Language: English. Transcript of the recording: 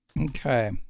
Okay